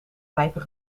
vijver